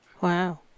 Wow